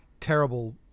terrible